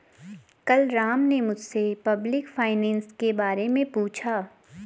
कल राम ने मुझसे पब्लिक फाइनेंस के बारे मे पूछा